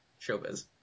showbiz